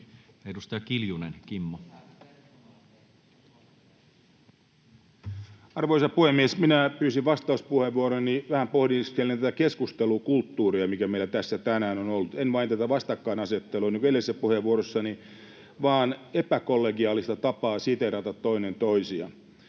Edustaja Kiljunen Kimmo. Arvoisa puhemies! Minä pyysin vastauspuheenvuoroni pohdiskellakseni vähän tätä keskustelukulttuuria, mikä meillä tässä tänään on ollut, en vain tätä vastakkainasettelua niin kuin edellisessä puheenvuorossani vaan epäkollegiaalista tapaa siteerata toinen toisia.